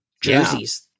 jerseys